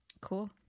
cool